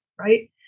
right